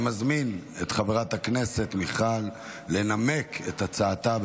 אני מזמין את חברת הכנסת מיכל לנמק את הצעתה,